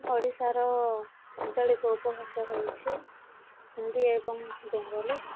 ଓଡ଼ିଶାର ଆଞ୍ଚଳିକ ଉପଭାଷା ହଉଛି ହିନ୍ଦୀ ଏବଂ ବେଙ୍ଗଲୀ